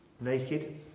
Naked